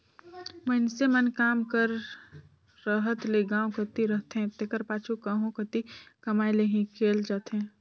मइनसे मन काम कर रहत ले गाँव कती रहथें तेकर पाछू कहों कती कमाए लें हिंकेल जाथें